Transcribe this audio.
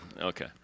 Okay